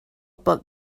book